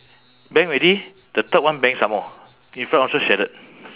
bang already the third one bang some more in front also shattered